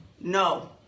no